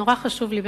מאוד חשוב לי,